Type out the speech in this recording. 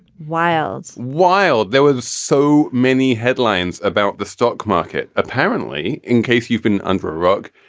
while while there was so many headlines about the stock market, apparently. in case you've been under a rug,